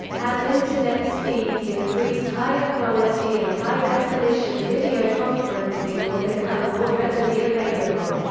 as internet speeds increase higher quality and high definition video conferencing will become more readily available.